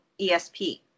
ESP